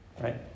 right